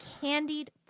candied